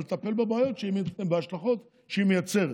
אבל טפל בבעיות ובהשלכות שהיא מייצרת.